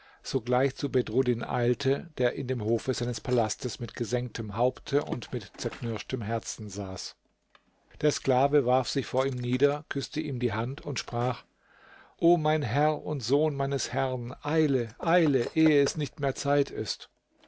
sogleich zu bedruddin eilte der in dem hofe seines palastes mit gesenktem haupte und mit zerknirschtem herzen saß der sklave warf sich vor ihm nieder küßte ihm die hand und sprach o mein herr und sohn meines herrn eile eile ehe es nicht mehr zeit ist